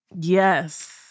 Yes